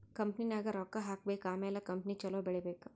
ಕಂಪನಿನಾಗ್ ರೊಕ್ಕಾ ಹಾಕಬೇಕ್ ಆಮ್ಯಾಲ ಕಂಪನಿ ಛಲೋ ಬೆಳೀಬೇಕ್